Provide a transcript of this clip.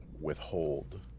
withhold